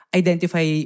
identify